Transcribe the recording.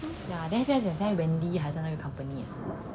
yeah then you guys 讲那个 wendy 还在那个 company